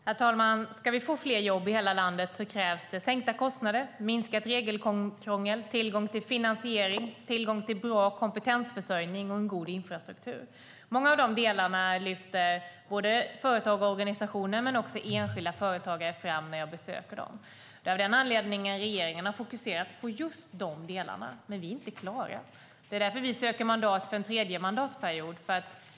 Herr talman! Ska vi få fler jobb i hela landet krävs det sänkta kostnader, minskat regelkrångel, tillgång till finansiering, tillgång till bra kompetensförsörjning och en god infrastruktur. Många av dessa delar lyfter både företag och organisationer men även enskilda företagare fram när jag besöker dem. Det är av den anledningen som regeringen har fokuserat på just dessa delar. Men vi är inte klara. Det är därför som vi söker mandat för en tredje mandatperiod.